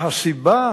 שהסיבה